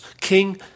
King